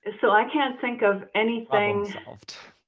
so i can't think of anything.